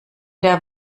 der